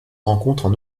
rencontrent